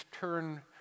turn